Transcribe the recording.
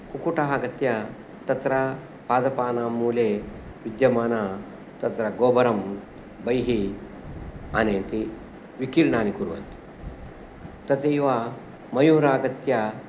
कुक्कुटाः आगत्य तत्र पादपानां मूले विद्यमान तत्र गोबरं बहिः आनयति विकीर्णानि कुर्वन्ति तथैव मयुरः आगत्य